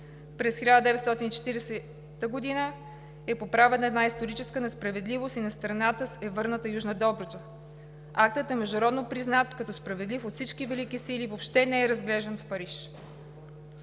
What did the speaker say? през 1940 г. е поправена една историческа несправедливост и на България е върната Южна Добруджа. Актът е международно признат като справедлив от всички велики сили и въобще не е разглеждан в Париж.